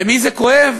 למי זה כואב?